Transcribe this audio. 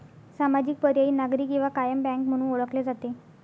सामाजिक, पर्यायी, नागरी किंवा कायम बँक म्हणून ओळखले जाते